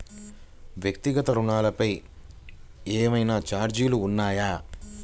వ్యక్తిగత ఋణాలపై ఏవైనా ఛార్జీలు ఉన్నాయా?